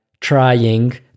trying